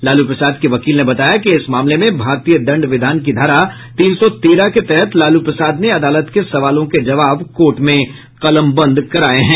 लालू प्रसाद के वकील ने बताया कि इस मामले में भारतीय दंड विधान की धारा तीन सौ तेरह के तहत लालू प्रसाद ने अदालत के सवालों के जवाब कोर्ट में कलमबंद कराया है